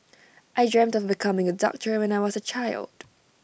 I dreamt of becoming A doctor when I was A child